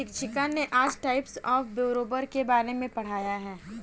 शिक्षिका ने आज टाइप्स ऑफ़ बोरोवर के बारे में पढ़ाया है